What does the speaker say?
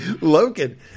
Logan